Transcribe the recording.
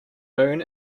moon